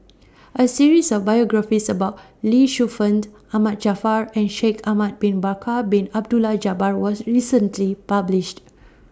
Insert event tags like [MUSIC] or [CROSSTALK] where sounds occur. A series of biographies about Lee Shu Fen [NOISE] Ahmad Jaafar and Shaikh Ahmad Bin Bakar Bin Abdullah Jabbar was recently published